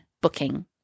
booking